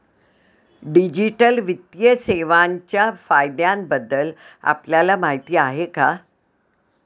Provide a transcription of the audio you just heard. Digital वित्तीय सेवांच्या फायद्यांबद्दल आपल्याला माहिती आहे का?